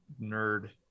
nerd